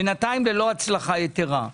בינתיים ללא הצלחה יתרה,